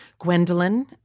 Gwendolyn